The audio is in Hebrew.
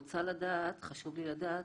וחשוב לי לדעת